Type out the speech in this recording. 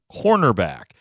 cornerback